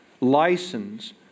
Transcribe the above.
license